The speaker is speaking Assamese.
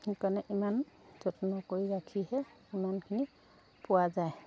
সেইকাৰণে ইমান যত্ন কৰি ৰাখিহে ইমানখিনি পোৱা যায়